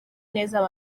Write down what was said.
neza